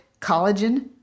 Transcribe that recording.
collagen